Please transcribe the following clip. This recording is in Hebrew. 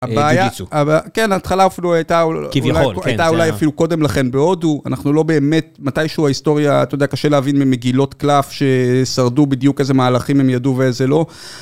הבעיה, כן, התחלה אפילו הייתה כביכול, הייתה אולי אפילו קודם לכן בהודו, אנחנו לא באמת, מתישהו ההיסטוריה, אתה יודע, קשה להבין ממגילות קלף ששרדו, בדיוק איזה מהלכים הם ידעו ואיזה לא.